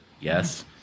Yes